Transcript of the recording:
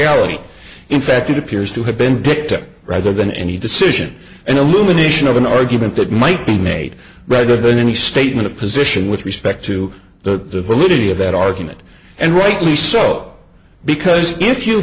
ty in fact it appears to have been dictated rather than any decision an illumination of an argument that might be made rather than any statement of position with respect to the validity of that argument and rightly so because if you